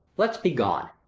let's be gone.